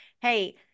Hey